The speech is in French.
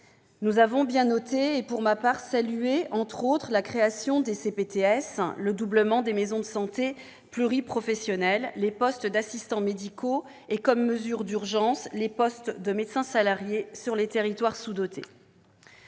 Nous avons bien noté, ce que j'ai, pour ma part, salué, entre autres mesures, la création des CPTS, le doublement des maisons de santé pluriprofessionnelles, les postes d'assistants médicaux et, comme mesure d'urgence, les postes de médecins salariés dans les territoires sous-dotés.